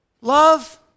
Love